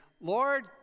Lord